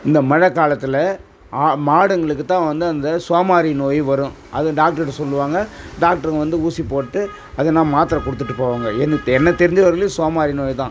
இந்த மழை காலத்தில் மாடுங்களுக்கு தான் வந்து அந்த சோமாரி நோய் வரும் அது டாக்டர்ட்ட சொல்வாங்க டாக்டருங்க வந்து ஊசி போட்டு அது எதுனா மாத்திர கொடுத்துட்டு போவாங்க என்னுக்கு என்னை தெரிஞ்ச வரையிலும் சோமாரி நோய் தான்